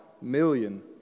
million